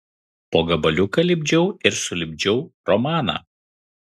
po gabaliuką lipdžiau ir sulipdžiau romaną